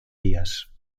vías